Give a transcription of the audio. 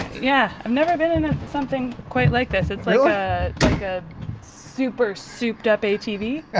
yeah. i've never been in something quite like this. it's like a super souped-up atv?